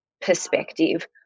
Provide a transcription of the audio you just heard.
perspective